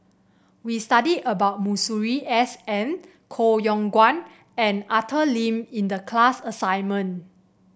we studied about Masuri S N Koh Yong Guan and Arthur Lim in the class assignment